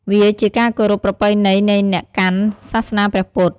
វាជាការគោរពប្រពៃណីនៃអ្នកកាន់សាសនាព្រះពុទ្ធ។